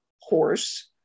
horse